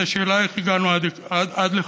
את השאלה איך הגענו עד לכאן.